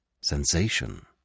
Sensation